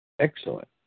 Excellent